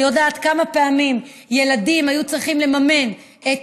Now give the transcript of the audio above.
אני יודעת כמה פעמים ילדים היו צריכים לממן את